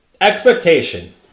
expectation